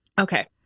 okay